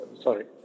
Sorry